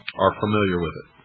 are familiar with it.